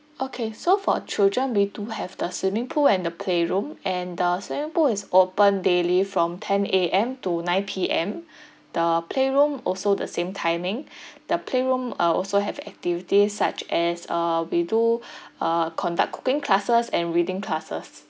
okay so for children we do have the swimming pool and the playroom and the swimming pool is open daily from ten A_M to nine P_M the playroom also the same timing the playroom uh also have activities such as uh we do uh conduct cooking classes and reading classes